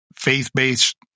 faith-based